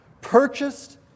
purchased